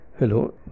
Hello